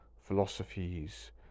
philosophies